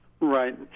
Right